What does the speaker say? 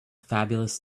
fabulous